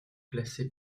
classé